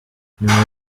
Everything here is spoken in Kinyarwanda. nyuma